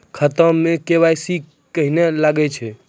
खाता मे के.वाई.सी कहिने लगय छै?